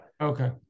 Okay